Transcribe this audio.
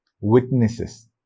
witnesses